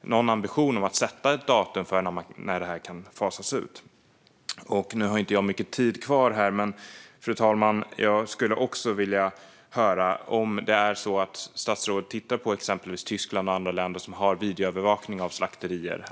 någon ambition om att sätta ett datum för när det här kan fasas ut? Fru talman! Jag har inte så mycket tid kvar här, men jag skulle också vilja höra om statsrådet tittar på exempelvis Tyskland och andra länder som har videoövervakning av slakterier.